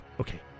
Okay